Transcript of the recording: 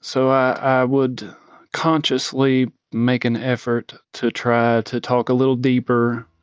so i would consciously make an effort to try to talk a little deeper.